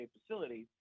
facility